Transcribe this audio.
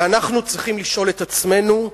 ואנחנו צריכים לשאול את עצמנו,